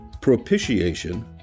propitiation